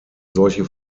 solche